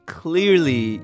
clearly